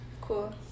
Cool